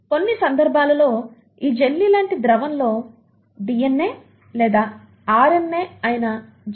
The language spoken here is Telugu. కొన్ని సందర్భాల్లో ఈ జెల్లీలాంటి ద్రవంలో DNA లేదా RNA అయిన జెనెటిక్ మెటీరియల్ ఉంటుంది